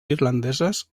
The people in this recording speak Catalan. irlandeses